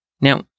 Now